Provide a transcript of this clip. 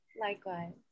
likewise